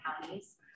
counties